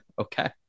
Okay